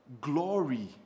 glory